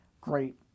great